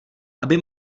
aby